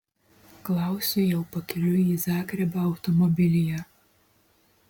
klausiu jau pakeliui į zagrebą automobilyje